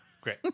Great